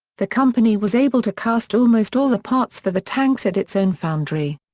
the company was able to cast almost all the parts for the tanks at its own foundry.